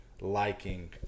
liking